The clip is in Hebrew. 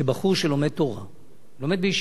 שבחור שלומד תורה בישיבה,